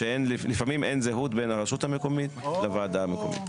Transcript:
שלפעמים אין זהות בין הרשות המקומית לוועדה המקומית.